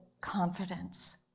confidence